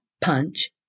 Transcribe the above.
punch